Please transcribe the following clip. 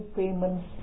payments